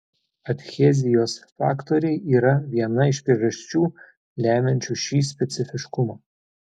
adhezijos faktoriai yra viena iš priežasčių lemiančių šį specifiškumą